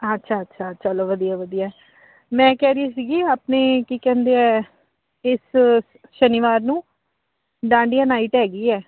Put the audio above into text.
ਅੱਛਾ ਅੱਛਾ ਚਲੋ ਵਧੀਆ ਵਧੀਆ ਮੈਂ ਕਹਿ ਰਹੀ ਸੀਗੀ ਆਪਣੀ ਕੀ ਕਹਿੰਦੇ ਆ ਇਸ ਸ਼ਨੀਵਾਰ ਨੂੰ ਡਾਂਡੀਆ ਨਾਈਟ ਹੈਗੀ ਹੈ